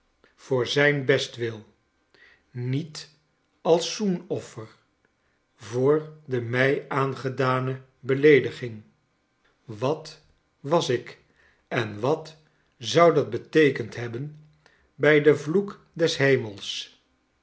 voor zijn bestwil niet als zoenoffer voor de mij aangedane beleediging wat was ik en wat zou dat beteekend hebben bij den vloek des kernels